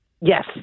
Yes